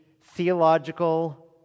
theological